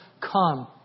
come